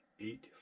eight